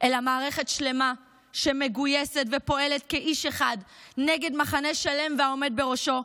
אלא מערכת שלמה שמגויסת ופועלת כאיש אחד נגד מחנה שלם והעומד בראשו,